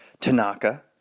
Tanaka